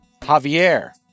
Javier